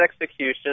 execution